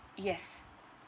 yes